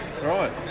Right